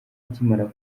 akimara